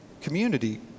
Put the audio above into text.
community